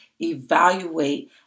evaluate